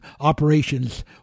operations